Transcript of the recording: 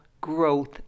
growth